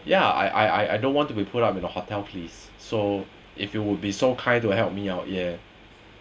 ya I I I I don't want to be put up in the hotel please so if you would be so kind to help me out yeah